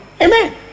Amen